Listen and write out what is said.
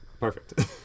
Perfect